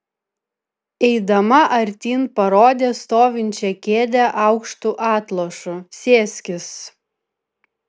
eidama artyn parodė stovinčią kėdę aukštu atlošu sėskis